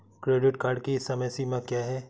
Credit card की समय सीमा क्या है?